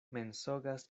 mensogas